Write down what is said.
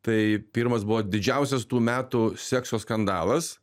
tai pirmas buvo didžiausias tų metų sekso skandalas